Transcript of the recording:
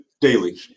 daily